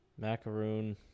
Macaroon